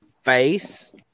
face